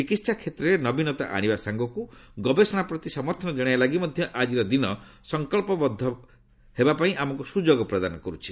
ଚିକିତ୍ସା କ୍ଷେତ୍ରରେ ନବୀନତା ଆଶିବା ସାଙ୍ଗକୁ ଗବେଷଣା ପ୍ରତି ସମର୍ଥନ ଜଣାଇବା ଲାଗି ମଧ୍ୟ ଆକ୍ଟିର ଦିନ ସଂକଳ୍ପବଦ୍ଧ ହେବା ପାଇଁ ଆମକୁ ସୁଯୋଗ ପ୍ରଦାନ କରୁଛି